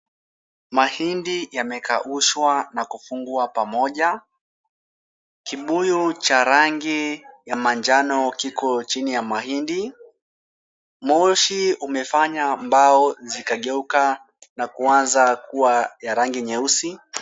Mahindi yamekaushwa Kwa pamoja, kibuyu cha rangi manjano kiko chini ya mahindi, moshi umefanya mbao zikageuka na kuanza kuwa ya rangi nyeusi.